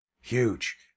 Huge